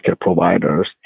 providers